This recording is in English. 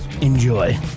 enjoy